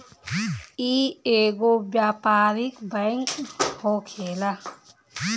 इ एगो व्यापारिक बैंक होखेला